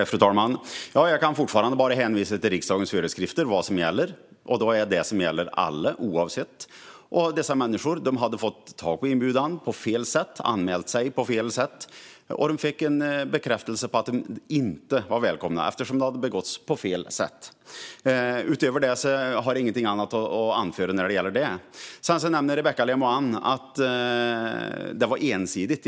Fru talman! Jag fortsätter att hänvisa till riksdagens föreskrifter för vad som gäller, och de gäller alla oavsett vem man är. Dessa människor hade fått tag på inbjudan på fel sätt och anmält sig på fel sätt, och därför fick de en bekräftelse på att de inte var välkomna. I övrigt har jag inget att anföra vad gäller det. Rebecka Le Moine säger att det var ensidigt.